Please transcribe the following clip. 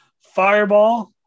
Fireball